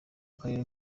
karere